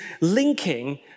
linking